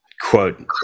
quote